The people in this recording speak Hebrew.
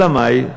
אלא מאי?